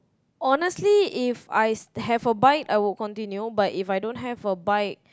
honestly If I have a bike I would continue but If I don't have a bike